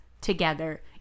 together